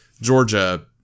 Georgia